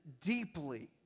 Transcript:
deeply